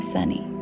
Sunny